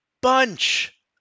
bunch